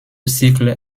cycle